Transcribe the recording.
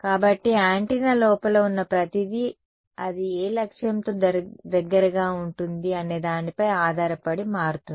కాబట్టి యాంటెన్నా లోపల ఉన్న ప్రతిదీ అది ఏ లక్ష్యంతో దగ్గరగా ఉంటుంది అనేదానిపై ఆధారపడి మారుతుంది